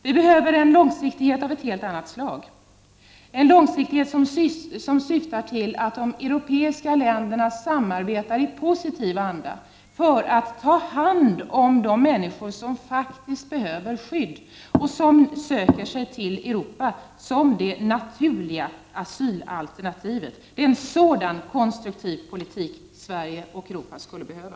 Vi behöver en långsiktighet av ett helt annat slag, en långsiktighet som syftar till att de europeiska länderna i positiv anda samarbetar för att ta hand om de människor som faktiskt behöver skydd och som söker sig till Europa som det naturliga asylalternativet. Det är en sådan konstruktiv politik Sverige och Europa skulle behöva.